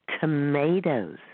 tomatoes